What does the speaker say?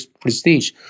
prestige